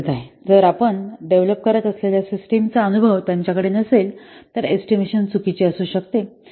परंतु जर आपण डेव्हलप करत असलेल्या सिस्टमचा अनुभव त्यांच्याकडे नसेल तर एस्टिमेशन चुकीचे असू शकतो